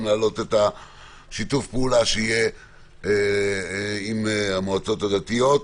ננסה גם להעלות את שיתוף הפעולה שיהיה עם המועצות הדתיות.